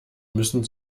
müssen